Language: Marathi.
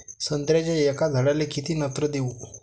संत्र्याच्या एका झाडाले किती नत्र देऊ?